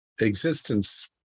existence